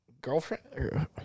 girlfriend